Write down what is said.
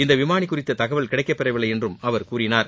இதன் விமானி குறித்த தகவல்கள் கிடைக்கப்பெறவில்லை என்றும் அவர் கூறினார்